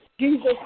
Jesus